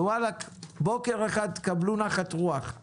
וואלה, בוקר אחד תקבלו נחת רוח.